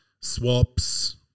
swaps